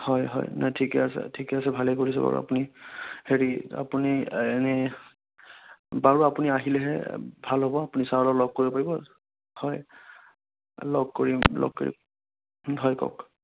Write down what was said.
হয় হয় নাই ঠিকে আছে ঠিকে আছে ভালে কৰিছে বাৰু আপুনি হেৰি আপুনি এনেই বাৰু আপুনি আহিলেহে ভাল হ'ব আপুনি ছাৰক লগ কৰিব পাৰিব হয় লগ কৰি লগ কৰি হয় কওক